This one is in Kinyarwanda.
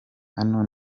hano